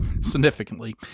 Significantly